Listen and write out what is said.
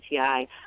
ATI